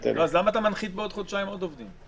למה אתה מנחית בעוד חודשיים עוד עובדים?